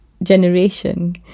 generation